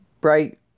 bright